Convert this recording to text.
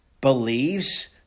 believes